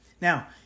Now